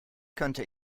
könnte